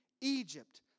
Egypt